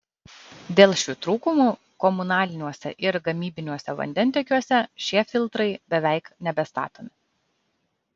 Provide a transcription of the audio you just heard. dėl šių trūkumų komunaliniuose ir gamybiniuose vandentiekiuose šie filtrai beveik nebestatomi